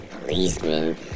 policemen